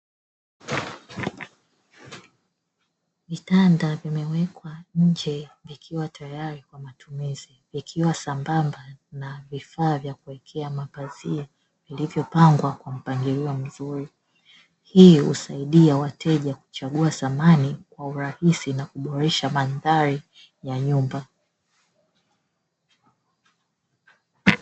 Vitanda vimewekwa nje vikiwa tayari kwa matumizi, ikiwa sambamba na vifaa vya kuwekea mapazia, vilivyopangwa kwa mpangilio mzuri. Hii husaidia wateja kuchagua samani kwa urahisi na kuboresha mandhari ya nyumba.